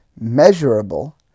measurable